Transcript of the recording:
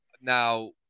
now